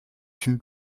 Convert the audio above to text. une